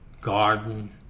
Garden